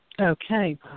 Okay